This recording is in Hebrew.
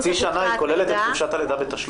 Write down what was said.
חצי השנה כוללת בתוכה את חופשת הלידה בתשלום.